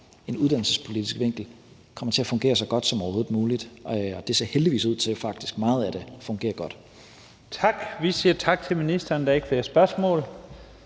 en uddannelsespolitisk vinkel, kommer til at fungere så godt som overhovedet muligt, og det ser heldigvis ud til, faktisk, at meget af det fungerer godt. Kl. 14:45 Første næstformand (Leif Lahn